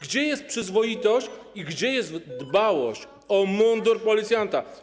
Gdzie jest przyzwoitość i gdzie jest dbałość o mundur policjanta?